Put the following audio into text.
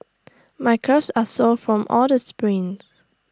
my calves are sore from all the sprints